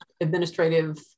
administrative